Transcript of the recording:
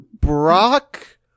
Brock